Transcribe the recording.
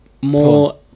more